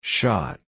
Shot